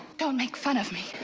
don't make fun of me.